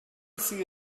see